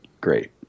great